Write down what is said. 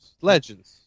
Legends